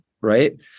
right